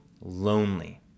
lonely